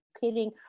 kidding